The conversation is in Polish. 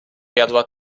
jadła